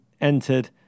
entered